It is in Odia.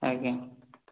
ଆଜ୍ଞା